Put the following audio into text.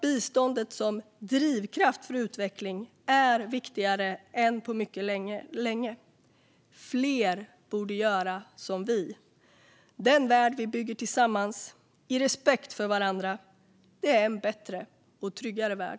Biståndet som drivkraft för utveckling är viktigare än på mycket länge. Fler borde göra som vi. Den värld vi bygger tillsammans, i respekt för varandra, är en bättre och tryggare värld.